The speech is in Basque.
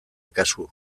kasu